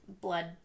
blood